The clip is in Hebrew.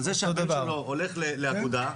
על זה שהבן שלו הולך לאגודה.